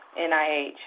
NIH